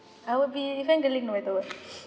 I will be fangirling no matter what